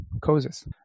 causes